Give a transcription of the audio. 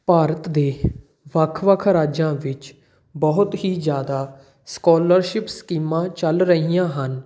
ਭਾਰਤ ਦੇ ਵੱਖ ਵੱਖ ਰਾਜਾਂ ਵਿੱਚ ਬਹੁਤ ਹੀ ਜ਼ਿਆਦਾ ਸਕੋਲਰਸ਼ਿਪਸ ਸਕੀਮਾਂ ਚੱਲ ਰਹੀਆਂ ਹਨ